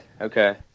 okay